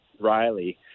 Riley